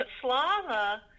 Slava